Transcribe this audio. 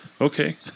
Okay